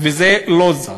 וזה לא זז.